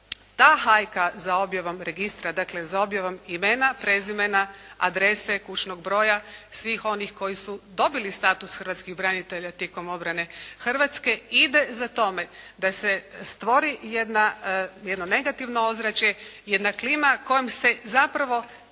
ta hajka za objavom registra dakle za objavom imena, prezimena, adrese, kućnog broja svih onih koji su dobili status hrvatskih branitelja tijekom obrane Hrvatske ide za time da se stvori jedno negativno ozračje, jedna klima kojom se zapravo